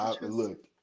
Look